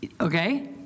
Okay